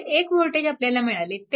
तर एक वोल्टेज आपल्याला मिळाले